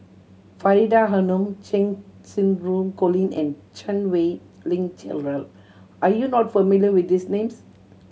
Faridah Hanum Cheng Xinru Colin and Chan Wei Ling Cheryl are you not familiar with these names